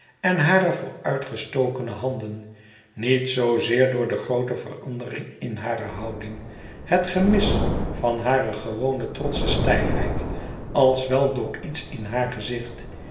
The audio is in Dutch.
en hare vooruitgestokene handen niet zoozeer door de groote verandering in hare houding het gemis van hare gewone trotsche stijfheid als wel door iets in haar gezicht